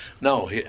No